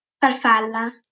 Farfalla